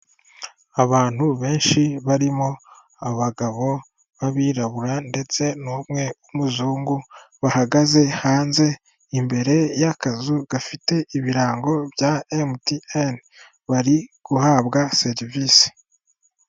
Abantu benshi barimo abagabo b'abirabura ndetse n'umwe w'umuzungu bahagaze hanze imbere y'akazu gafite ibirango bya emutiyeni bari guhabwa serivisi.